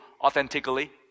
authentically